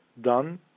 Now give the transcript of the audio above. done